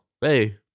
Hey